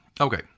okay